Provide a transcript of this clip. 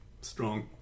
Strong